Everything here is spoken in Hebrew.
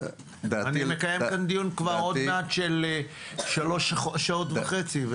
אני מקיים כאן דיון כבר עוד מעט של שלוש שעות וחצי.